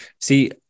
See